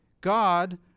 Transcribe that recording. God